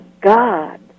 God